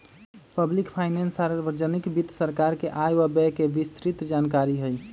public finance सार्वजनिक वित्त सरकार के आय व व्यय के विस्तृतजानकारी हई